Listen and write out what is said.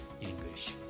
English